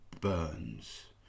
burns